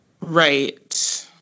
Right